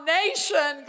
nation